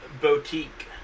Boutique